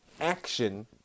action